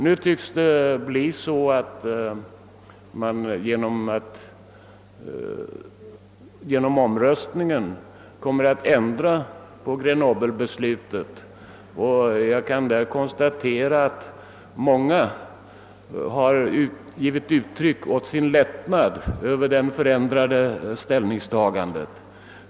Nu tycks det bli en ändring av Grenoble-beslutet genom omröstning och jag kan konstatera att många har givit uttryck åt sin lättnad över det förändrade ställningstagandet.